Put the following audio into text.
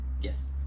Yes